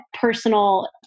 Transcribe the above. personal